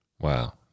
Wow